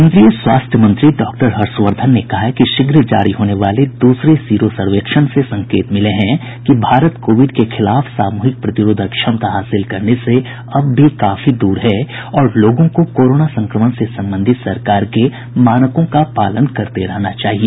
केन्द्रीय स्वास्थ्य मंत्री डॉक्टर हर्षवर्धन ने कहा है कि शीघ्र जारी होने वाले दूसरे सीरो सर्वेक्षण से संकेत मिले हैं कि भारत कोविड के खिलाफ सामूहिक प्रतिरोधक क्षमता हासिल करने से अब भी काफी दूर है और लोगों को कोरोना संक्रमण से संबंधित सरकार के मानकों का पालन करते रहना चाहिए